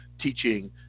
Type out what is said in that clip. teaching